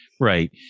Right